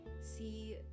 see